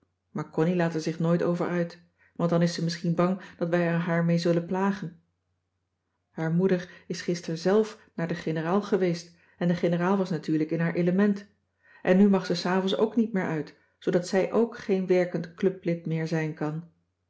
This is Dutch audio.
maar connie laat er zich nooit over uit want dan is ze misschien bang dat wij er haar mee zullen plagen haar moeder is gister zelf naar de generaal geweest en de generaal was natuurlijk in haar element en nu mag ze s avonds ook niet meer uit zoodat zij ook geen werkend club lid meer zijn kan